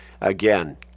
again